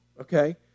okay